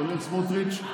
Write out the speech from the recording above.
כולל סמוטריץ'.